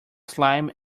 slime